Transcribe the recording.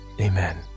amen